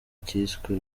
kiswe